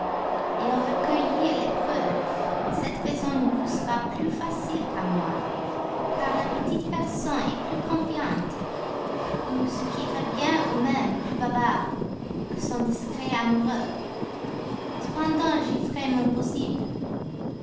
en recueillir les preuves cette besogne vous sera plus facile qu'à moi car la petite personne est plus confiante ou ce qui revient au même plus bavarde que son discret amoureux cependant j'y ferai mon possible